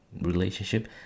relationship